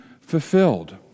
fulfilled